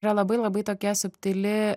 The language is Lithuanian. yra labai labai tokia subtili